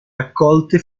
raccolte